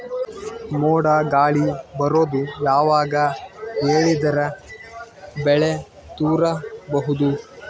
ಮೋಡ ಗಾಳಿ ಬರೋದು ಯಾವಾಗ ಹೇಳಿದರ ಬೆಳೆ ತುರಬಹುದು?